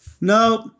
Nope